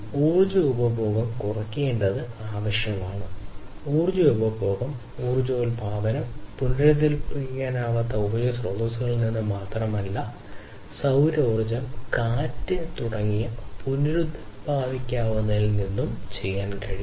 ഊർജ്ജ ഉപഭോഗം കുറയ്ക്കേണ്ടത് ആവശ്യമാണ് ഊർജ്ജ ഉപഭോഗം ഊർജ്ജോത്പാദനം പുനരുൽപ്പാദിപ്പിക്കാനാവാത്ത ഊർജ്ജ സ്രോതസ്സുകളിൽ നിന്ന് മാത്രമല്ല സൌരോർജ്ജം കാറ്റ് തുടങ്ങിയ പുനരുൽപ്പാദിപ്പിക്കാവുന്നവയിൽ നിന്നും ചെയ്യാൻ കഴിയും